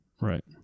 Right